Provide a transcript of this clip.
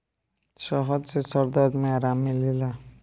शहद से सर दर्द में आराम मिलेला